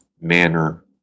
manner